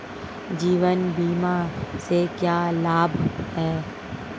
जीवन बीमा से क्या लाभ हैं?